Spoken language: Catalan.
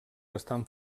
estan